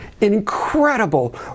incredible